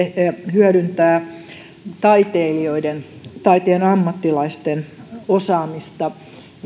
hyödyntää taiteilijoiden taiteen ammattilaisten osaamista